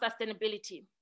sustainability